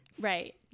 right